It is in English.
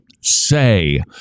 say